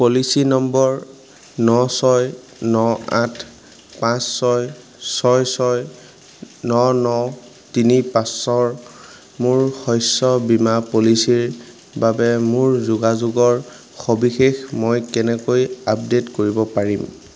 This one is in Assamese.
পলিচী নম্বৰ ন ছয় ন আঠ পাঁচ ছয় ছয় ছয় ন ন তিনি পাঁচৰ মোৰ শস্য বীমা পলিচীৰ বাবে মোৰ যোগাযোগৰ সবিশেষ মই কেনেকৈ আপডে'ট কৰিব পাৰিম